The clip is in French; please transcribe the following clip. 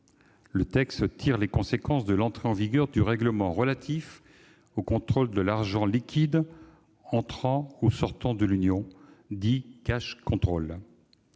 Il tire les conséquences de l'entrée en vigueur du règlement relatif aux contrôles de l'argent liquide entrant ou sortant de l'Union, dit. Il organise